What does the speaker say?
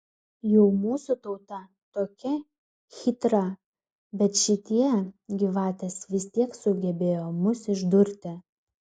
jau mūsų tauta tokia chytra bet šitie gyvatės vis tiek sugebėjo mus išdurti